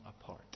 apart